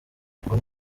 ngo